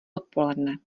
odpoledne